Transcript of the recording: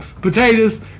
potatoes